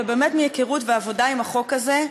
באמת מהיכרות ועבודה עם החוק הזה,